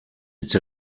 hitz